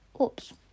oops